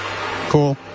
Cool